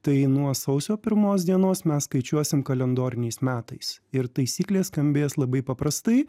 tai nuo sausio pirmos dienos mes skaičiuosim kalendoriniais metais ir taisyklė skambės labai paprastai